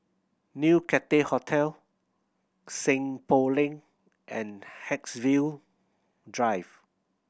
New Cathay Hotel Seng Poh Lane and Haigsville Drive